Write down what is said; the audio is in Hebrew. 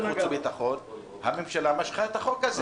חוץ וביטחון הממשלה משכה את החוק הזה.